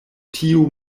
tiu